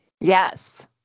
Yes